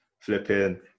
Flipping